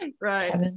Right